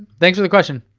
thanks for the question.